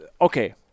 okay